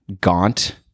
gaunt